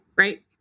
Right